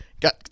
got